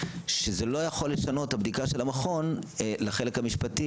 שזה לא יכול לשנות את הבדיקה של המכון לחלק המשפטי,